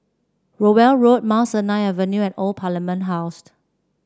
Rowell Road Mount Sinai Avenue and Old Parliament House